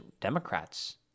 Democrats